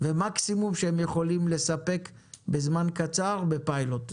ומקסימום שהם יכולים לספק בזמן קצר בפיילוט.